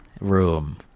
room